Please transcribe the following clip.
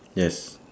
yes